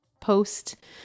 post